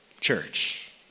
church